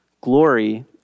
glory